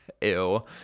Ew